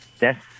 Yes